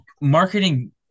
marketing